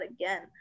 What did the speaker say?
again